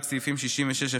רק סעיפים 66(1),